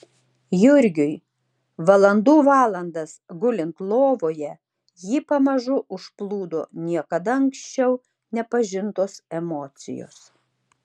jurgiui valandų valandas gulint lovoje jį pamažu užplūdo niekada anksčiau nepažintos emocijos